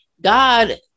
God